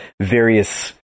various